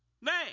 name